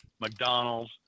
mcdonald's